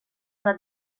una